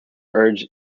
urged